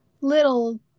little